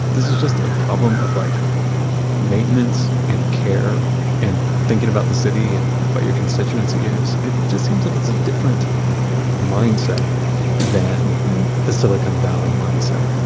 this is just a problem of like maintenance and care and thinking about the city and what your constituency is. it just seems like it's a different mindset than the silicon valley mindset